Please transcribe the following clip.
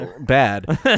bad